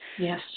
Yes